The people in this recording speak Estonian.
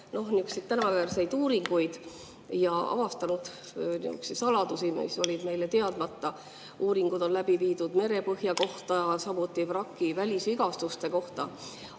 tänuväärseid uuringuid ja avastanud saladusi, mis olid meile teadmata. Uuringud on läbi viidud merepõhja kohta, samuti vraki välisvigastuste kohta.